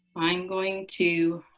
i'm going to